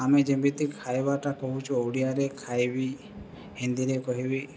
ଆମେ ଯେମିତି ଖାଇବାଟା କହୁଛୁ ଓଡ଼ିଆରେ ଖାଇବି ହିନ୍ଦୀରେ କହିବି